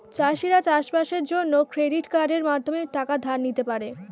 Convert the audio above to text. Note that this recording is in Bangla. চাষিরা চাষবাসের জন্য ক্রেডিট কার্ডের মাধ্যমে টাকা ধার নিতে পারে